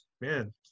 man